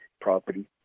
property